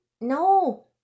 No